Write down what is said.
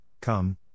come